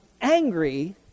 angry